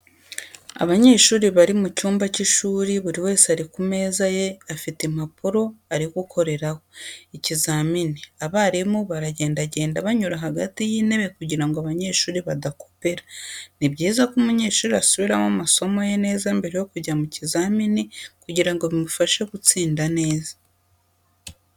Abanyeshuri bari mu cyumba cy'ishuri buri wese ari ku meza ye afite impapuro ari gukoreraho ikizamini abarimu baragendagenda banyura hagati y'intebe kugira ngo abanyeshuri badakopera. Ni byiza ko umunyeshuri asubiramo amasomo ye neza mbere yo kujya mu kizamini kugira ngo bimufashe gutsinda neza.